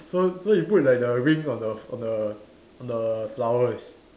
so so he put like the ring on the on the on the flower is